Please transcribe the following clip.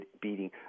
beating